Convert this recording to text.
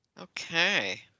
okay